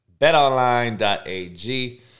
betonline.ag